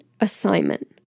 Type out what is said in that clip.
assignment